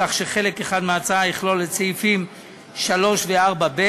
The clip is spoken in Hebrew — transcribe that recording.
כך שהצעה אחת תכלול את סעיפים 3 ו-4(ב)